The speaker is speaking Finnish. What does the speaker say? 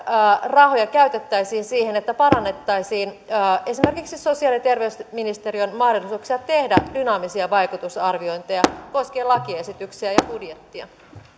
rahoja käytettäisiin siihen että parannettaisiin esimerkiksi sosiaali ja terveysministeriön mahdollisuuksia tehdä dynaamisia vaikutusarviointeja koskien lakiesityksiä